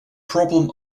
problem